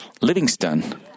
Livingston